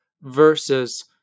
versus